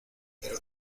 pero